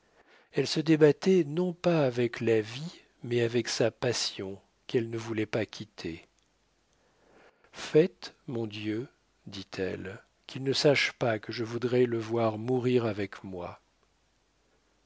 elle se débattait non pas avec la vie mais avec sa passion qu'elle ne voulait pas quitter faites mon dieu dit-elle qu'il ne sache pas que je voudrais le voir mourir avec moi